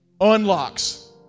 unlocks